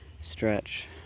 stretch